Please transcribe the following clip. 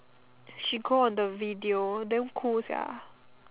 she go on the video damn cool sia